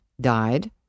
died